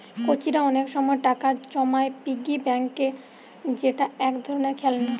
কচিরা অনেক সময় টাকা জমায় পিগি ব্যাংকে যেটা এক ধরণের খেলনা